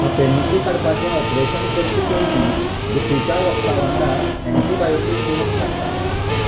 आपेनिशी काडपाचें ऑपरेशन करचे पयली दुखिच्या वखदा वांगडा ॲण्टीबायोटीक दिवंक शकतात